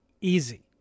easy